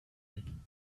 flennen